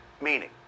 Meaning